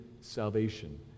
salvation